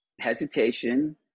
hesitation